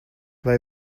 vai